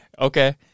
Okay